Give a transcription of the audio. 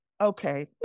Okay